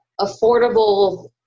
affordable